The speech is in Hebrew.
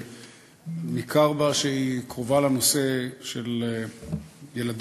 שניכר בה שהיא קרובה לנושא של ילדים,